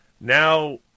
Now